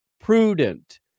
prudent